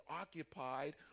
occupied